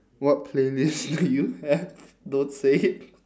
what playlists do you have don't say it